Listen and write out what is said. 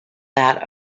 that